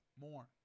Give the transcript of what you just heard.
More